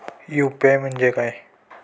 UPI म्हणजे काय?